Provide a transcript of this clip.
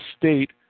state